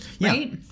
right